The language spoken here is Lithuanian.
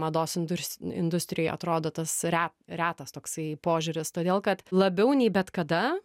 mados indurs industrijoje atrodo tas re retas toksai požiūris todėl kad labiau nei bet kada